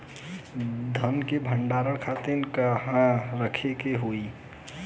धान के भंडारन खातिर कहाँरखे के होई?